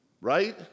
right